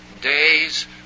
days